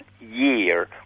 year